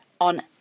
on